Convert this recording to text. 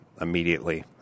immediately